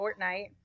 Fortnite